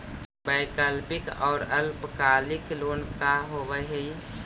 वैकल्पिक और अल्पकालिक लोन का होव हइ?